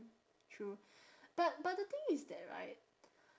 true but but the thing is that right